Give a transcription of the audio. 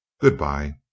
Goodbye